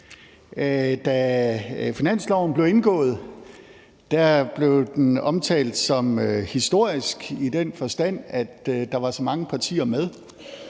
Da finansloven blev indgået, blev den omtalt som historisk i den forstand, at der var så mange partier med.